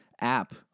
app